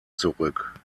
zurück